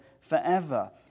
forever